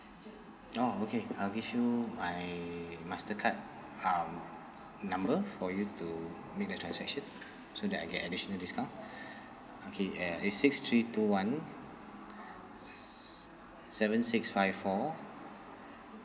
oh okay I'll give you my mastercard um number for you to make the transaction so that I get additional discount okay uh it's six three two one s~ seven six five four